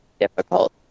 difficult